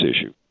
issue